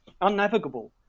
unnavigable